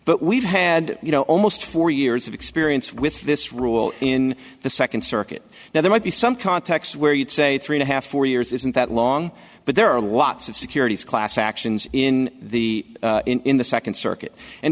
but we've had you know almost four years of experience with this rule in the second circuit now there might be some context where you'd say three and a half four years isn't that long but there are lots of securities class actions in the in the second circuit and